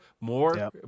more